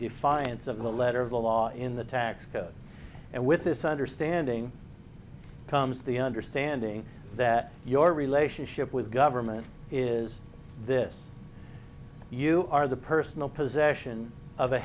defiance of the letter of the law in the tax code and with this understanding comes the understanding that your relationship with government is this you are the personal possession of a